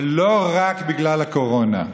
ולא רק בגלל הקורונה.